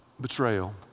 betrayal